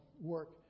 work